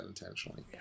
intentionally